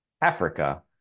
Africa